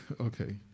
okay